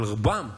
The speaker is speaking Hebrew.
אבל רובם מנאצים,